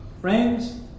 Friends